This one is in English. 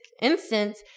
instance